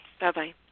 Bye-bye